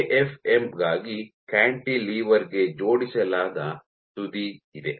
AFM ಗಾಗಿ cantilever ಗೆ ಜೋಡಿಸಲಾದ ತುದಿ ಇದೆ